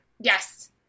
Yes